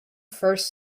first